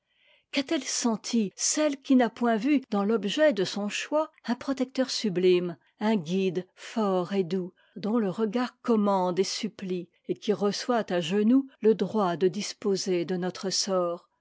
qu'a-t-elle senti celle qui n'a point vu dans l'objet de son choix un protecteur sublime un guide fort et doux dont le regard commande et supplie et qui reçoit à genoux le droit de disposer de notre sort